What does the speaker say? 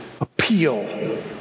Appeal